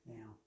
Now